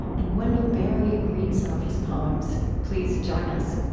and wendell berry reads some of his poems. please join us